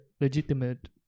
legitimate